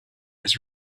his